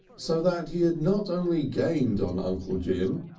so that he not only gained on uncle jim,